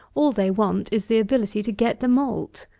all they want is the ability to get the malt.